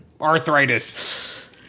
arthritis